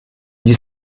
gli